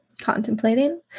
contemplating